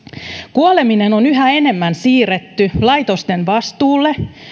kuoleminen on yhä enemmän siirretty laitosten vastuulle